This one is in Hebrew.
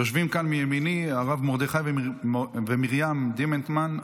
יושבים כאן מימיני הרב מרדכי ומרים דימנטמן,